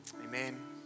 Amen